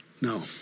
No